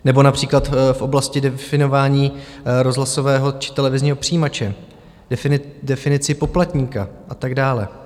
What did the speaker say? Nebo například v oblasti definování rozhlasového či televizního přijímače, definici poplatníka a tak dále.